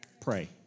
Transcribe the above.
Pray